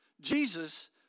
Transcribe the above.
Jesus